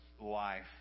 life